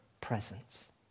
presence